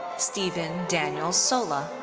stephen daniel sola.